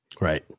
Right